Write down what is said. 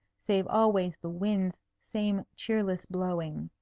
save always the wind's same cheerless blowing.